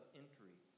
entry